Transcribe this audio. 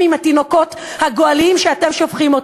עם התינוקות הגועליים שאתם שופכים.